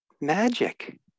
Magic